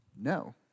no